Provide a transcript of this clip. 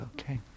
Okay